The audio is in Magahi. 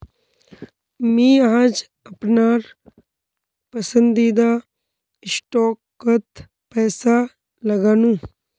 मी आज अपनार पसंदीदा स्टॉकत पैसा लगानु